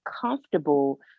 comfortable